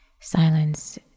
silence